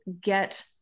get